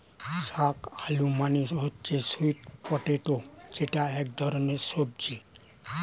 শাক আলু মানে হচ্ছে স্যুইট পটেটো যেটা এক ধরনের সবজি